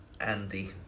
Andy